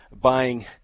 buying